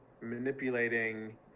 manipulating